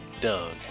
doug